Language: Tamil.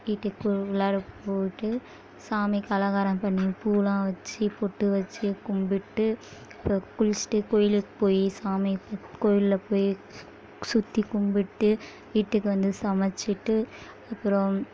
வீட்டுக்கு உள்ளார போய்விட்டு சாமிக்கு அலங்காரம் பண்ணி பூவெலாம் வச்சு பொட்டு வச்சு கும்பிட்டு குளிச்சுட்டு கோயிலுக்கு போய் சாமியை கோயிலில் போய் சுற்றி கும்பிட்டு வீட்டுக்கு வந்து சமைச்சிட்டு அப்புறம்